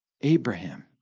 Abraham